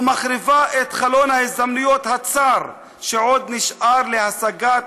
ומחריבה את חלון ההזדמנויות הצר שעוד נשאר להשגת